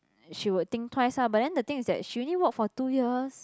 she would think twice ah but then the thing is that she only work for two years